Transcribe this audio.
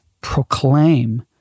proclaim